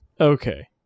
Okay